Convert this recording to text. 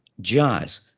jazz